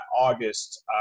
August